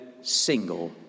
single